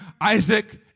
Isaac